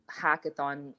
hackathon